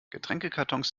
getränkekartons